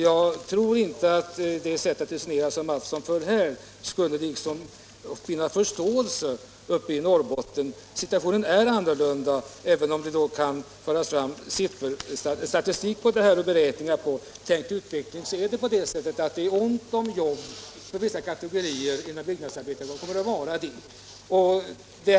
Jag tror inte att det resonemang som herr Mattsson för här skulle vinna förståelse uppe i Norrbotten. Situationen är annorlunda. Även om det kan läggas fram statistik och beräkningar i fråga om en tänkt utveckling, så är det ont om jobb för vissa kategorier inom byggnadsarbetarkåren och kommer att vara det.